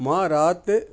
मां राति